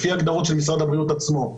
לפי ההגדרות של משרד הבריאות עצמו,